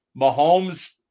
Mahomes